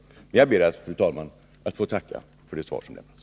Jag ber, fru talman, att ännu en gång få tacka för det svar som jag fått.